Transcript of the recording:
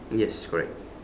yes correct